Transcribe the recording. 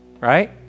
right